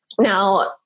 Now